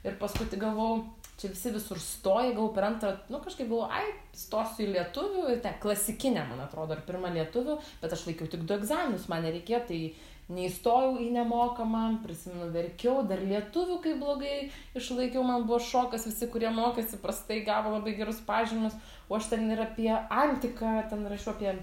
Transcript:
ir paskui tik gavau čia visi visur stoja gaou per antrą nu kažkaip galvoju ai stosiu į lietuvių į ten klasikinę man atrodo ar pirmą lietuvių bet aš laikiau tik du egzaminus man nereikėjo tai neįstojau į nemokamą prisimenu verkiau dar lietuvių kai blogai išlaikiau man buvo šokas visi kurie mokėsi prastai gavo labai gerus pažymius o aš ten ir apie antiką ten rašiau apie